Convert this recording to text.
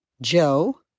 Joe